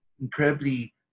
incredibly